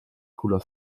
cooler